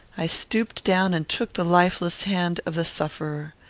i stooped down and took the lifeless hand of the sufferer.